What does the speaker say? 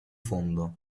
fondo